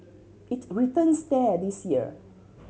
it returns there this year